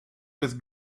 with